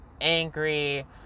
angry